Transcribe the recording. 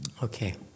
Okay